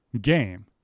game